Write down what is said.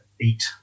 eat